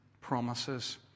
promises